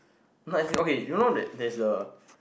no as in okay you know there there's the